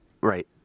Right